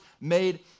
made